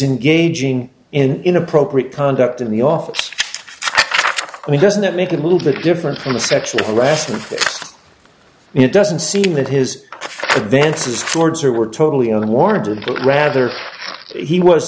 in gauging in inappropriate conduct in the office i mean doesn't that make it a little bit different from the sexual harassment it doesn't seem that his then says towards her were totally unwarranted but rather he was